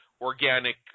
organic